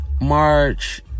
March